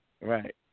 right